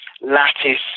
lattice